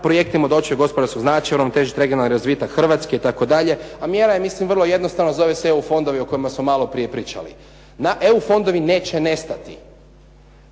projektima od općeg gospodarskog značaja, moramo težiti regionalni razvitak Hrvatske itd. a mjera je mislim vrlo jednostavno, zove se EU fondovi o kojima smo malo prije pričali. EU fondovi neće nestati.